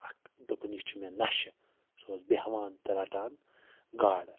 اکھ دوٚپُن یہِ چھِ مےٚ نَشہٕ سُہ اوس بیٚہوان تہٕ رَٹان گاڈٕ